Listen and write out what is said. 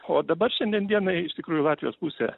o dabar šiandien dienai iš tikrųjų latvijos pusė